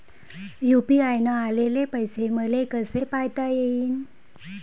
UPI न आलेले पैसे मले कसे पायता येईन?